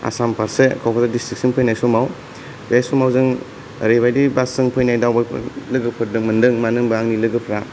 आसाम फारसे क'क्राझार डिस्ट्रिक्टसिम फैनाय समाव बे समाव जों ओरैबायदि बासजों फैनाय दावबायारि लोगोफोर मोनदों मानो होनोबा आंनि लोगोफ्रा